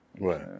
Right